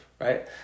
right